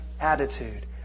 attitude